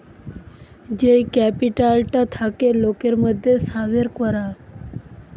যেই ক্যাপিটালটা থাকে লোকের মধ্যে সাবের করা